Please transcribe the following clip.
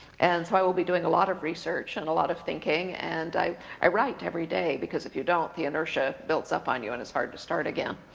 and so i will be doing a lot of research, and a lot of thinking, and i i write everyday because if you don't, the inertia builds up on you and it's hard to start again.